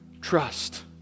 trust